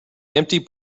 empty